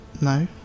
No